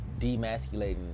demasculating